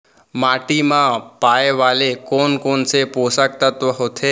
माटी मा पाए वाले कोन कोन से पोसक तत्व होथे?